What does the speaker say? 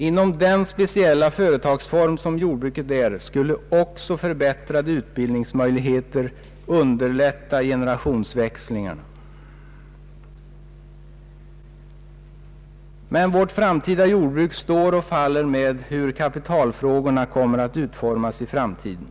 Inom den speciella företagsform som jordbruket är skulle också förbättrade ut bildningsmöjligheter underlätta generationsväxlingen. Men vårt framtida jordbruk står och faller med kapitalfrågornas lösning i framtiden.